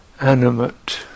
animate